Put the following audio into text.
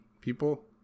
people